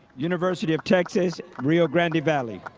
university of texas, rio grande valley.